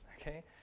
okay